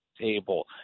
table